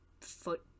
foot